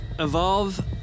Evolve